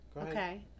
Okay